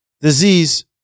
disease